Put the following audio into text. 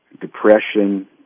depression